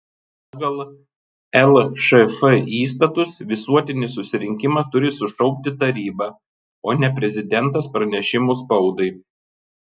pagal lšf įstatus visuotinį susirinkimą turi sušaukti taryba o ne prezidentas pranešimu spaudai